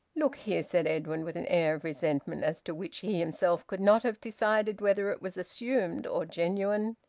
look here, said edwin, with an air of resentment as to which he himself could not have decided whether it was assumed or genuine,